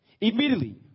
Immediately